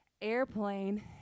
airplane